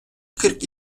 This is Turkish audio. kırk